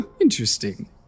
interesting